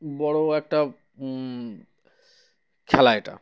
বড় একটা খেলা এটা